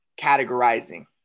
categorizing